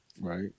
Right